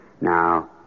Now